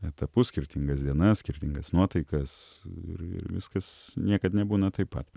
etapus skirtingas dienas skirtingas nuotaikas ir ir viskas niekad nebūna taip pat